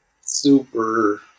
super